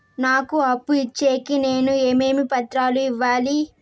నాకు అప్పు ఇచ్చేకి నేను ఏమేమి పత్రాలు ఇవ్వాలి